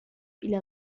إلى